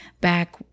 back